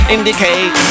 Indicate